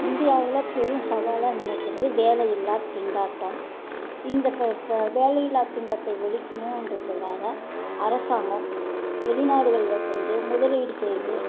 இந்தியாவில் பெரும் சவாலாக நினைக்கிறது வேலை இல்லா திண்டாட்டம் இந்த ப ப வேலையில்லா திண்டாட்டத்தை ஒழிக்கணும்ன்றதுக்காக அரசாங்கம் வெளிநாடுகளில் சென்று முதலீடு செய்து